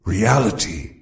Reality